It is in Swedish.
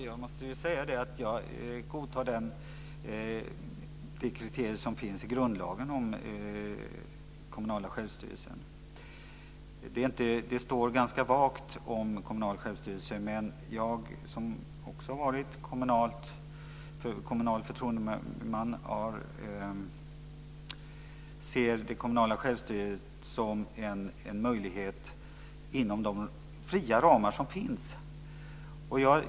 Herr talman! Jag måste säga att jag godtar de kriterier som finns i grundlagen om den kommunala självstyrelsen. Det står ganska vagt om den kommunala självstyrelsen, men jag, som också varit kommunalt förtroendevald, ser det kommunala självstyret som en möjlighet inom de fria ramar som finns.